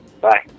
Bye